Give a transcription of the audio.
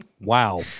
Wow